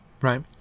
right